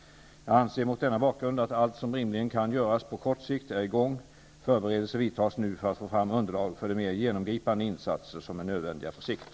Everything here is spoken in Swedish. Jag anser mot denna bakgrund att allt som rimligen kan göras på kort sikt är i gång. Förberedelser vidtas nu för att få fram underlag för de mer genomgripande insatser som är nödvändiga på sikt.